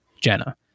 Jenna